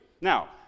Now